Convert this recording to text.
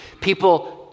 People